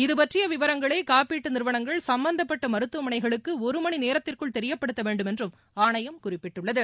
இதுபற்றியவிவரங்களைகாப்பீட்டுநிறுவனங்கள் சம்பந்தப்பட்டமருத்துவமனைகளுக்குஒருமணிநேரத்திற்குள் தெரியப்படுத்தவேண்டும் என்றும் ஆணையம் குறிப்பிட்டுள்ளது